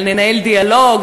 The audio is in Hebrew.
על לנהל דיאלוג,